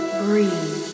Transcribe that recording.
breathe